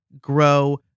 grow